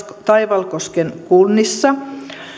taivalkosken kunnissa